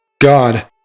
God